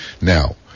Now